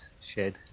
shed